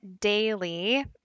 daily